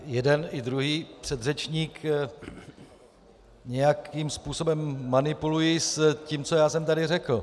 Jeden i druhý předřečník nějakým způsobem manipulují s tím, co já jsem tady řekl.